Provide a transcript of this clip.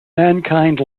mankind